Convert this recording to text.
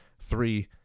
Three